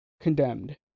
condemned